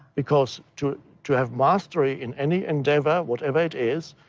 because to to have mastery in any endeavor, whatever it is,